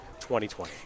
2020